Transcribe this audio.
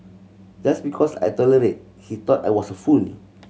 just because I tolerate he thought I was a fool